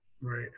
Right